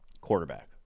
quarterback